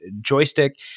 joystick